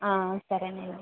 ఆ సరేనండి